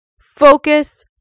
Focus